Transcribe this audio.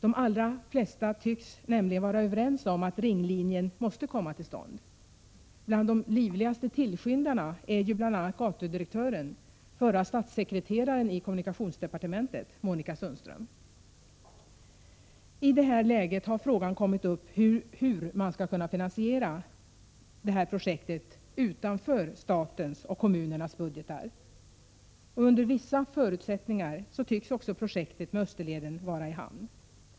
De allra flesta tycks nämligen vara överens om att ringlinjen måste komma till stånd. Bland de livligaste tillskyndarna är ju bl.a. gatudirektören — förra statssekreteraren i kommunikationsdepartementet — Monica Sundström. I detta läge har frågan uppkommit hur man skall-kunna finansiera detta projekt utanför statens och kommunernas budgetar. Under vissa förutsättningar tycks också projektet med Österleden vara i hamn.